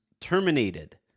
terminated